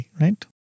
right